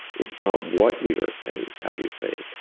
it's not what we are saying it's how you say it,